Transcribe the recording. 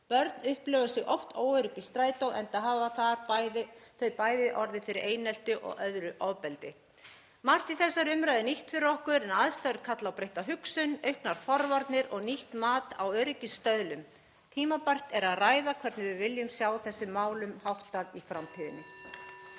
Börn upplifa sig oft óörugg í strætó enda hafa þau þar bæði orðið fyrir einelti og öðru ofbeldi. Margt í þessari umræðu er nýtt fyrir okkur en aðstæður kalla á breytta hugsun, auknar forvarnir og nýtt mat á öryggisstöðlum. Tímabært er að ræða hvernig við viljum sjá þessum málum háttað í framtíðinni.